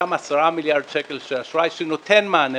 אותם 10 מיליארד שקל של אשראי שנותן מענה,